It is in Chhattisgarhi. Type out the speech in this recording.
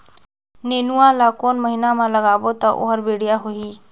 नेनुआ ला कोन महीना मा लगाबो ता ओहार बेडिया होही?